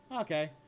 Okay